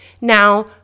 Now